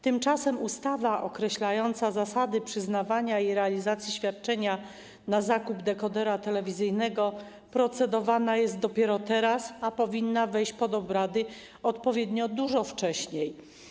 Tymczasem ustawa określająca zasady przyznawania i realizacji świadczenia na zakup dekodera telewizyjnego procedowana jest dopiero teraz, a powinna wejść pod obrady odpowiednio dużo wcześniej.